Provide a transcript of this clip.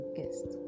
Guest